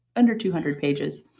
under two hundred pages.